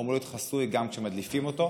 הוא אמור להיות חסוי גם כשמדליפים אותו,